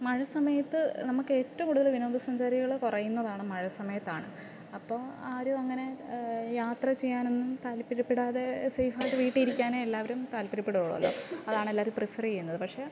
മഴ സമയത്ത് നമുക്ക് ഏറ്റവും കൂടുതല് വിനോദസഞ്ചാരികള് കുറയുന്നതാണ് മഴ സമയത്താണ് അപ്പോള് ആരും അങ്ങനെ യാത്ര ചെയ്യാനൊന്നും താൽപര്യപ്പെടാതെ സേഫായിട്ട് വീട്ടിലിരിക്കാനെ എല്ലാവരും താല്പര്യപ്പെടുകയുള്ളൂവല്ലോ അതാണ് എല്ലാവരും പ്രിഫെറെയ്യുന്നത് പക്ഷെ